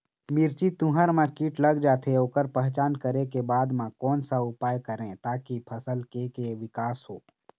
मिर्ची, तुंहर मा कीट लग जाथे ओकर पहचान करें के बाद मा कोन सा उपाय करें ताकि फसल के के विकास हो?